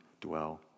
dwell